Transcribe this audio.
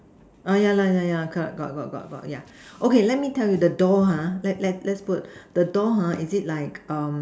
err yeah lah yeah yeah correct got got got got yeah okay let me the tell you the door ha let's let's let's put the door ha is it like err